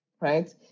right